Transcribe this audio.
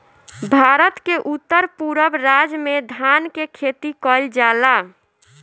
भारत के उत्तर पूरब राज में धान के खेती कईल जाला